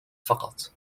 فقط